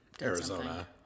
Arizona